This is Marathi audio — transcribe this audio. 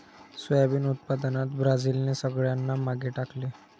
सोयाबीन उत्पादनात ब्राझीलने सगळ्यांना मागे टाकले